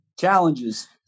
Challenges